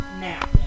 now